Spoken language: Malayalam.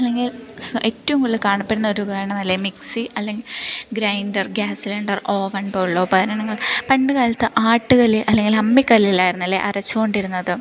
അല്ലെങ്കിൽ ഏറ്റോം കൂടുതൽ കാണപ്പെടുന്ന ഒരുപകരണം അല്ലേ മിക്സി അല്ലെങ്കിൽ ഗ്രയിൻഡർ ഗ്യാസ് സിലിണ്ടെർ ഓവൻ പോലുള്ള ഉപകരണങ്ങൾ പണ്ട്കാലത്ത് ആട്ടുകല്ലേൽ അല്ലെങ്കിൽ അമ്മിക്കല്ലിൽ ആയിരുന്നല്ലേ അരച്ചോണ്ടിരുന്നത്